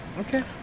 Okay